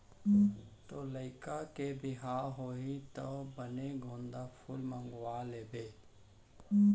तोर लइका के बिहाव होही त बने गोंदा फूल मंगवा लेबे